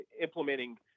implementing